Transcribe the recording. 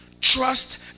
Trust